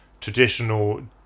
traditional